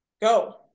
Go